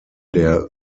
der